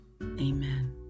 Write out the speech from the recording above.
Amen